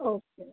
okay